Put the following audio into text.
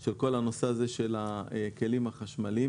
של כל הנושא הזה של הכלים החשמליים.